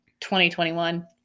2021